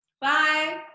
Bye